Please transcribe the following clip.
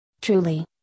Truly